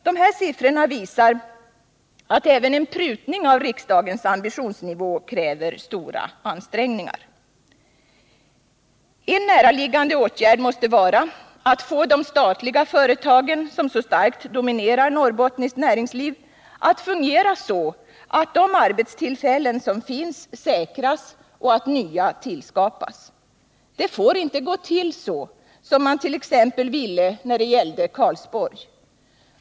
De här siffrorna visar att även en prutning av riksdagens ambitionsnivå kräver stora ansträngningar. En näraliggande åtgärd måste vara att få de statliga företagen, som så starkt dominerar norrbottniskt näringsliv, att fungera så att de arbetstillfällen som finns säkras och att nya tillskapas. Det får inte gå till så som man ville när det t.ex. gällde Karlsborg.